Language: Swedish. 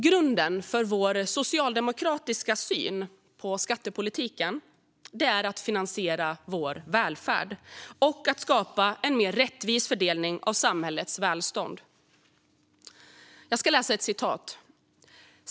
Grunden för den socialdemokratiska skattepolitiken är att finansiera landets välfärd och skapa en mer rättvis fördelning av samhällets välstånd.